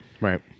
right